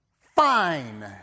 Fine